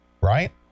Right